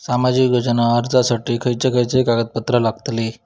सामाजिक योजना अर्जासाठी खयचे खयचे कागदपत्रा लागतली?